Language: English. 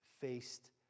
faced